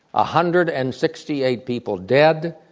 ah hundred and sixty eight people dead,